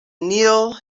kneel